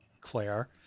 Claire